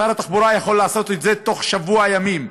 שר התחבורה יכול לעשות את זה תוך שבוע ימים,